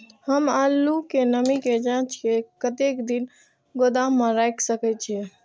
हम आलू के नमी के जाँच के कतेक दिन गोदाम में रख सके छीए?